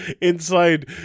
Inside